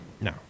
No